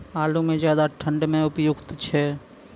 आलू म ज्यादा ठंड म उपयुक्त छै?